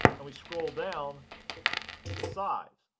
and we scroll down to size.